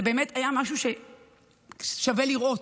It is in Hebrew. זה באמת היה משהו ששווה לראות.